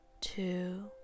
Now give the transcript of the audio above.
two